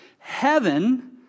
Heaven